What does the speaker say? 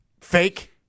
fake